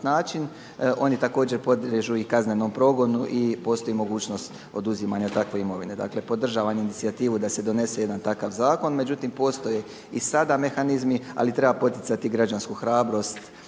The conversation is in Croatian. način oni također podliježu i kaznenom progonu i postoji mogućnost oduzimanja takve imovine. Dakle podržavam inicijativu da se donese jedan takav zakon međutim postoje i sada mehanizmi ali treba poticati građansku hrabrost